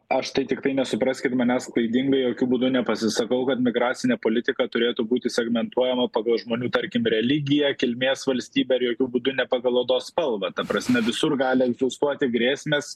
aš tai tiktai nesupraskit manęs klaidingai jokiu būdu nepasisakau kad migracinė politika turėtų būti segmentuojama pagal žmonių tarkim religiją kilmės valstybę ir jokiu būdu ne pagal odos spalvą ta prasme visur gali egzistuoti grėsmės